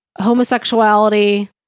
homosexuality